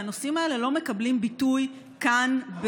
והנושאים האלה לא מקבלים ביטוי כאן,